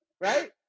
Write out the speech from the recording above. Right